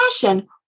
passion